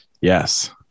Yes